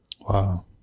Wow